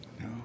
No